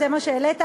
זה מה שהעלית,